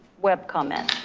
web comment.